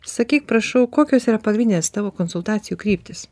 sakyk prašau kokios yra pagrindinės tavo konsultacijų kryptys